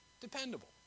dependable